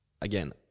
again